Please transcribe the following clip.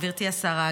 גברתי השרה,